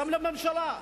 גם לממשלה.